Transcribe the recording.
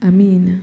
Amen